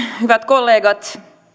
hyvät kollegat